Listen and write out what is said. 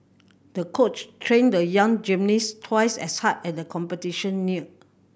the coach trained the young gymnast twice as hard as the competition neared